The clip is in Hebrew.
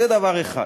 זה דבר אחד.